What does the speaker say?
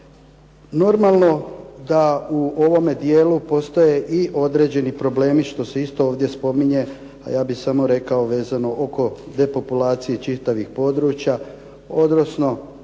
Normalno da u ovome dijelu postoje i određeni problemi što se isto ovdje spominje a ja bih samo rekao vezano oko depopulacije čitavih područja, odnosno